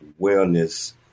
wellness